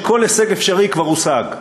אף-על-פי שכל הישג אפשרי כבר הושג.